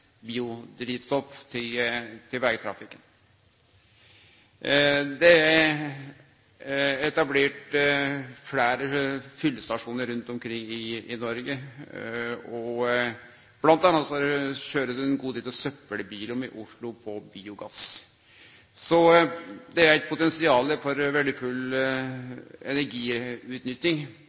biodrivstoff i vegtrafikken. Det er etablert fleire fyllestasjonar rundt om i Noreg. Blant anna køyrer ein god del av søppelbilane i Oslo på biogass. Det er eit potensial for verdifull energiutnytting.